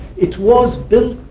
it was built,